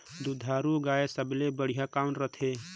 दुधारू गाय सबले बढ़िया कौन रथे?